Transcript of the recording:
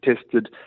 tested